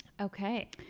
Okay